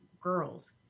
girls